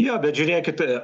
jo bet žiūrėkit